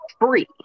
free